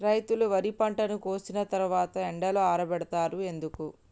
రైతులు వరి పంటను కోసిన తర్వాత ఎండలో ఆరబెడుతరు ఎందుకు?